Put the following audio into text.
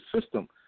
system